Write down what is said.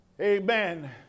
amen